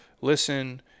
listen